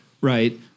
right